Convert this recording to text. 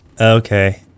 okay